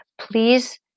Please